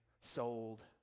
sold